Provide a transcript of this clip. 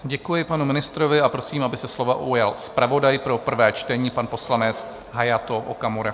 Děkuji panu ministrovi a prosím, aby se slova ujal zpravodaj pro prvé čtení pan poslanec Hayato Okamura.